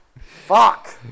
Fuck